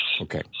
Okay